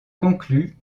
conclut